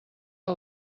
que